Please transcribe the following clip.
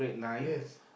yes